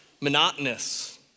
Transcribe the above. monotonous